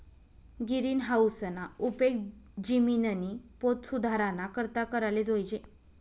गिरीनहाऊसना उपेग जिमिननी पोत सुधाराना करता कराले जोयजे